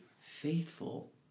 faithful